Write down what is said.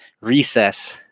recess